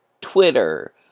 Twitter